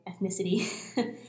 ethnicity